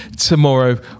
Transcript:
tomorrow